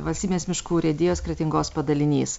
valstybinės miškų urėdijos kretingos padalinys